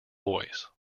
voice